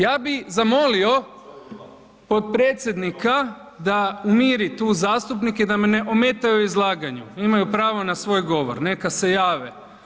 Ja bi zamolio potpredsjednika da umiri tu zastupnike i da me ne ometaju u izlaganju, imaju pravo na svoj govor, neka se jave.